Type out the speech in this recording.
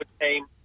team